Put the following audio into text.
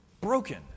Broken